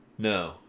No